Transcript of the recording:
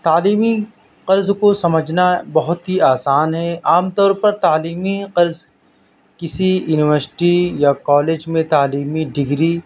تعلیمی قرض کو سمجھنا بہت ہی آسان ہے عام طور پر تعلیمی قرض کسی یونیورسٹی یا کالج میں تعلیمی ڈگری